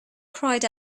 cried